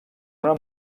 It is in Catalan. una